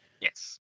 Yes